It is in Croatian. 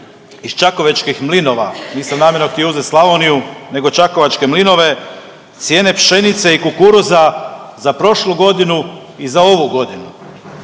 iz Čakovečkih mlinova, nisam namjerno htio uzet Slavoniju nego Čakovačke mlinove, cijene pšenice i kukuruza za prošlu godinu i za ovu godinu.